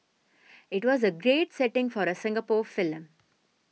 it was a great setting for a Singapore film